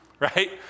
right